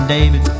David